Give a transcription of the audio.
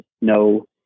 no